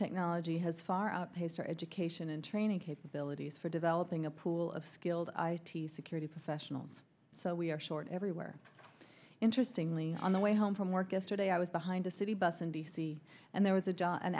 technology has far outpaced our education and training capabilities for developing a pool of skilled i t security professionals so we are short everywhere interestingly on the way home from work yesterday i was behind a city bus in d c and there was a